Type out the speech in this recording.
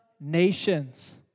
nations